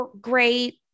great